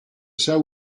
seu